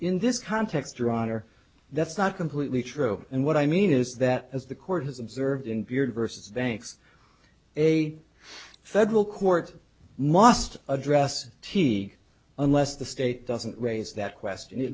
in this context or honor that's not completely true and what i mean is that as the court has observed in your versus banks a federal court must address t unless the state doesn't raise that question it